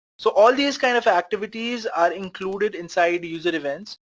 so all these kind of activities are included inside user events.